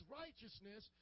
righteousness